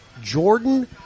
Jordan